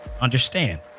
Understand